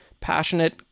passionate